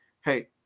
hey